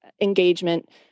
engagement